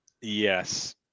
Yes